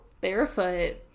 barefoot